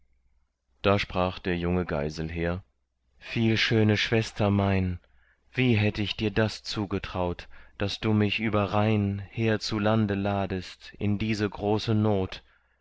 da sprach der junge geiselher viel schöne schwester mein wie hätt ich dir das zugetraut daß du mich überrhein her zu lande ladest in diese große not